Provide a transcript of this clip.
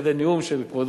תוך כדי הנאום של כבודו.